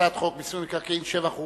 חוק מיסוי מקרקעין (שבח ורכישה)